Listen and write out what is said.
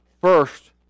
first